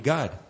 God